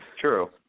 True